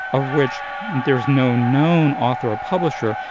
of which there's no known author or publisher,